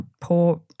poor